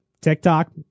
TikTok